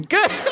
Good